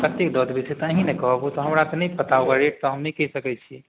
कतेक दऽ देबै से तऽ अहीँ ने कहब ओ तऽ हमरा तऽ नहि पता ओकर रेट तऽ हम नहि कहि सकै छी